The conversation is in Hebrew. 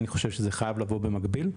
אני חושב שזה חייב לבוא במקביל.